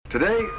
Today